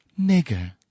Nigger